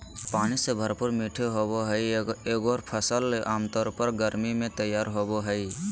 पानी से भरपूर मीठे होबो हइ एगोर फ़सल आमतौर पर गर्मी में तैयार होबो हइ